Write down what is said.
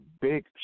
big